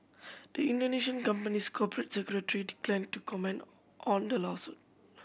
the Indonesian company's corporate secretary declined to comment on the lawsuit